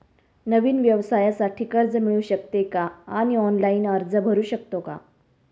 नवीन व्यवसायासाठी कर्ज मिळू शकते का आणि ऑनलाइन अर्ज करू शकतो का?